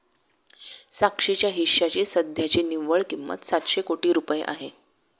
साक्षीच्या हिश्श्याची सध्याची निव्वळ किंमत सातशे कोटी रुपये आहे